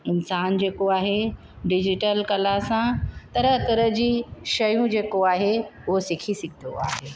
इन्सानु जेको आहे डिजिटल कला सां तरहं तरहं जी शयूं जेको आहे उहो सिखी सघंदो आहे